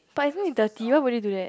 but even if dirty why would you do that